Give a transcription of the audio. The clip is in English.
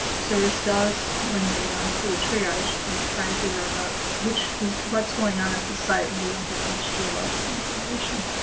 service does when they um do a triage when they're trying to figure out which is, what's going on at the site when we don't have much geological information.